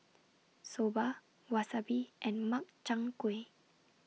Soba Wasabi and Makchang Gui